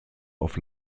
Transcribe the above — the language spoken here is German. auf